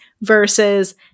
versus